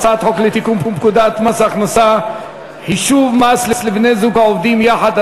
הצעת חוק לתיקון פקודת מס הכנסה (חישוב מס לבני-זוג העובדים יחד),